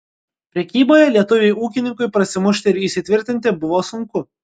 prekyboje lietuviui ūkininkui prasimušti ir įsitvirtinti buvo sunku